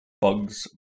Bugs